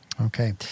Okay